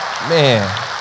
Man